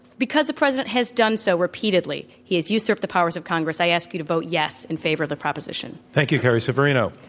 because the president has done so repe atedly he has usurped the powers of congress i ask you to vote yes in favor of the proposition. thank you, carrie severino.